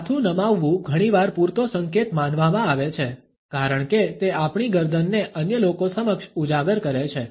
માથું નમાવવું ઘણીવાર પૂરતો સંકેત માનવામાં આવે છે કારણ કે તે આપણી ગરદનને અન્ય લોકો સમક્ષ ઉજાગર કરે છે